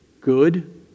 Good